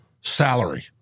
salary